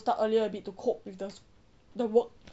start earlier a bit to cope with the the work